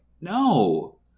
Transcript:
no